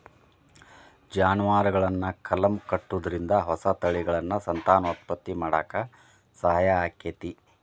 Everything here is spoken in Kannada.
ಜಾನುವಾರುಗಳನ್ನ ಕಲಂ ಕಟ್ಟುದ್ರಿಂದ ಹೊಸ ತಳಿಗಳನ್ನ ಸಂತಾನೋತ್ಪತ್ತಿ ಮಾಡಾಕ ಸಹಾಯ ಆಕ್ಕೆತಿ